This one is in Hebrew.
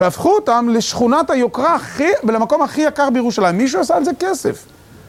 והפכו אותם לשכונת היוקרה הכי... ולמקום הכי יקר בירושלים. מישהו עשה על זה כסף.